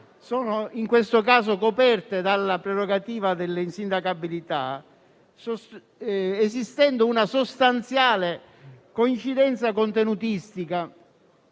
sono in questo caso coperte dalla prerogativa dell'insindacabilità, esistendo una sostanziale coincidenza contenutistica,